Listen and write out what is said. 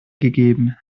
gegeben